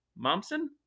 Momsen